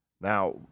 Now